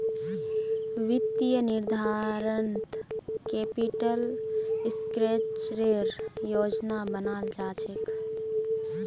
वित्तीय निर्धारणत कैपिटल स्ट्रक्चरेर योजना बनाल जा छेक